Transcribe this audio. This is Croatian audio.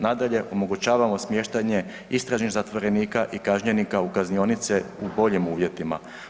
Nadalje, omogućavamo smještanje istražnih zatvorenika i kažnjenika u kaznionica u boljim uvjetima.